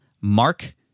Mark